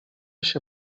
się